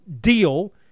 deal